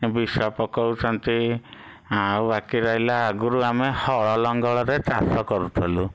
ବିଷ ପକଉଛନ୍ତି ଆଉ ବାକି ରହିଲା ଆଗୁରୁ ଆମେ ହଳ ଲଙ୍ଗଳରେ ଚାଷ କରୁଥିଲୁ